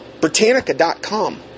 Britannica.com